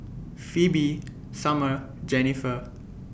Phebe Sumner Jennifer